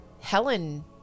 Helen